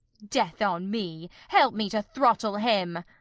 death on me! help me to throttle him.